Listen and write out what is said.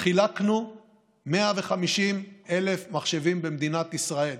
חילקנו 150,000 מחשבים במדינת ישראל.